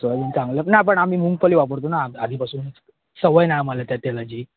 soybean चांगलं ना पण आम्ही मुंगफली वापरतो ना आधीपासून सवय नाही आम्हाला त्या तेलाची